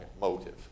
motive